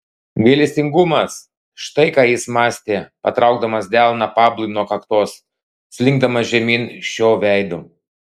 gailestingumas štai ką jis mąstė patraukdamas delną pablui nuo kaktos slinkdamas žemyn šio veidu